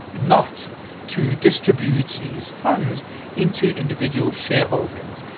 not to distribute these funds into individual shareholdings,